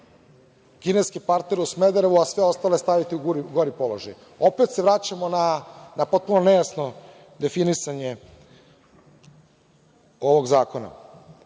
kineski partner u Smederevu, a sve ostale staviti u gori položaj. Opet se vraćamo na potpuno nejasno definisanje ovog zakona. Ako